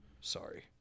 sorry